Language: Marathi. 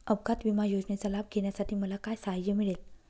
अपघात विमा योजनेचा लाभ घेण्यासाठी मला काय सहाय्य मिळेल?